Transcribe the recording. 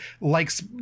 likes